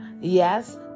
Yes